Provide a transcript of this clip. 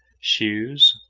shoes,